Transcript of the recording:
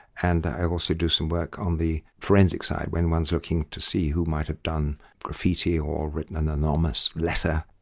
and i also do some work on the forensic side when one's looking to see who might have done graffiti or written an anonymous letter,